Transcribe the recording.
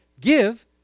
Give